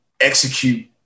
execute